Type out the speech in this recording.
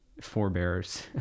forebears